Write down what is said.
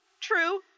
true